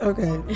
Okay